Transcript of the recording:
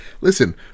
listen